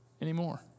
anymore